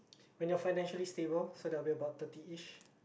when you are financially stable so that will be about thirty-ish